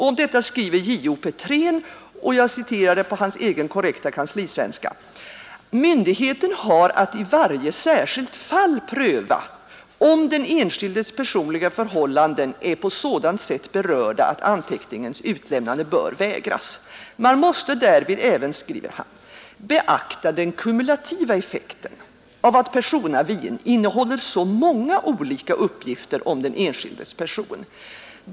JO Petrén skriver här — och jag återger det på hans egen korrekta kanslisvenska — att myndigheten i varje särskilt fall har att pröva om den enskildes personliga förhållanden är på sådant sätt berörda att anteckningens utlämnande bör vägras. Man måste därvid, skriver han, beakta den kumulativa effekten av att personavin innehåller så många olika uppgifter om den enskildes person.